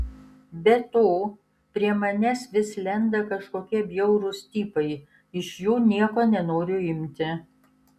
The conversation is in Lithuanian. be to prie manęs vis lenda kažkokie bjaurūs tipai iš jų nieko nenoriu imti